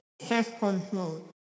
self-control